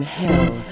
hell